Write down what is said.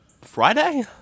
Friday